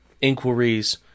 inquiries